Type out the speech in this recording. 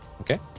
Okay